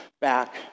back